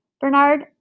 Bernard